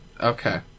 Okay